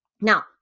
Now